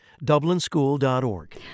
dublinschool.org